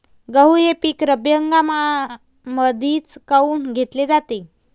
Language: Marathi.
गहू हे पिक रब्बी हंगामामंदीच काऊन घेतले जाते?